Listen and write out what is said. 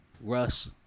Russ